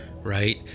Right